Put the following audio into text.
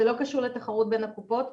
זה לא קשור לתחרות בין קופות החולים,